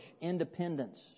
independence